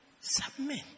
Submit